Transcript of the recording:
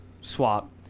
swap